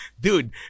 dude